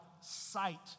sight